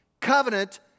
Covenant